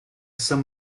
san